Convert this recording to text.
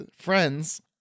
friends